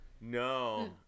No